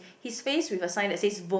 his face with a sign that says vote